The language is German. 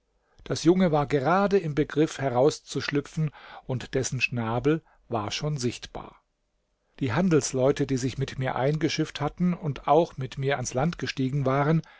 das junge war gerade im begriff herauszuschlüpfen und dessen schnabel war schon sichtbar die handelsleute die sich mit mir eingeschifft hatten und auch mit mir ans land gestiegen waren